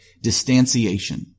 distanciation